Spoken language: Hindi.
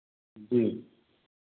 जी